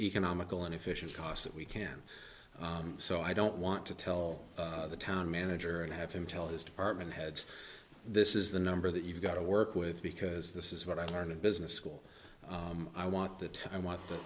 economical and efficient cost that we can so i don't want to tell the town manager and have him tell his department heads this is the number that you've got to work with because this is what i learned in business school i want that i want the